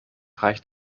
reicht